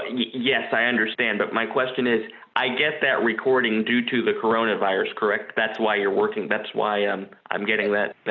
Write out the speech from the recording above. yes i understand that but my question is i get that recording due to the coronavirus. correct that's why you're working that's why i'm i'm getting that but